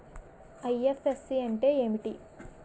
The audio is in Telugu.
ఐ.ఎఫ్.ఎస్.సి అంటే ఏమిటి?